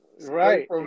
right